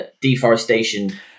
Deforestation